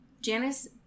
Janice